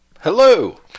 Hello